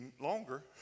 longer